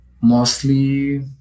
mostly